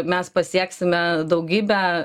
mes pasieksime daugybę